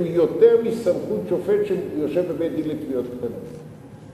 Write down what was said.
שהוא יותר מסמכות של שופט שיושב בבית-דין לתביעות קטנות.